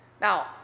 now